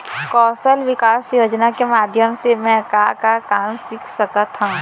कौशल विकास योजना के माधयम से मैं का का काम सीख सकत हव?